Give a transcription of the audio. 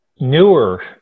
newer